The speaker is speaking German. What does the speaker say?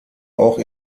auch